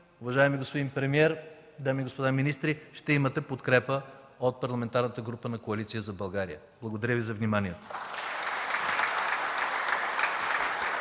уважаеми господин премиер, дами и господа министри, ще имате подкрепа от Парламентарната група на Коалиция за България. Благодаря Ви за вниманието.